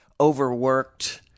overworked